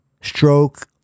stroke